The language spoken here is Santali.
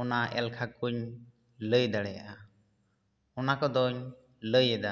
ᱚᱱᱟ ᱮᱞᱠᱷᱟ ᱠᱩᱧ ᱞᱟᱹᱭ ᱫᱟᱲᱮᱭᱟᱜᱼᱟ ᱚᱱᱟ ᱠᱚ ᱫᱚᱹᱧ ᱞᱟᱹᱭ ᱮᱫᱟ